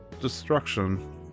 destruction